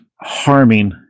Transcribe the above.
harming